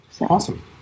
Awesome